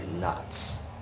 nuts